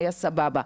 היה סבבה.